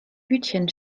hütchen